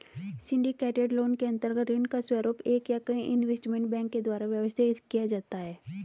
syndicated loan के अंतर्गत ऋण का स्वरूप एक या कई इन्वेस्टमेंट बैंक के द्वारा व्यवस्थित किया जाता है